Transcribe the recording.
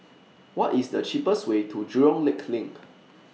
What IS The cheapest Way to Jurong Lake LINK